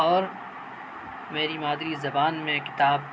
اور میری مادری زبان میں کتاب